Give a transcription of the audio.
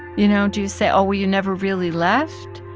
you know, do you say oh, well, you never really left?